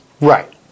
Right